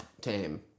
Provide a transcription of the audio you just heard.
tame